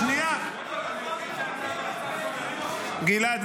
ומה נפסק כהלכה --- גלעד,